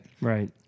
Right